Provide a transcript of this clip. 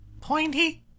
pointy